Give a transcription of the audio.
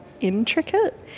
intricate